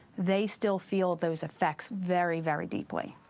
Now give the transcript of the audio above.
they still feel those effects very, very deeply.